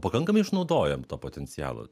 pakankamai išnaudojam to potencialo